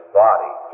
body